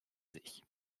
sich